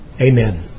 Amen